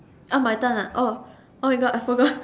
oh my turn oh oh my god I forgot